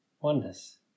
oneness